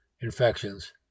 infections